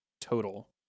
total